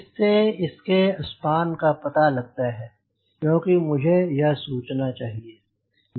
इससे इसके स्पान का पता लगता है क्योंकि मुझे यह सूचना चाहिए